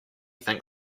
think